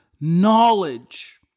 knowledge